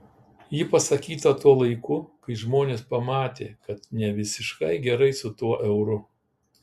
ji pasakyta tuo laiku kai žmonės pamatė kad ne visiškai gerai su tuo euru